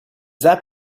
that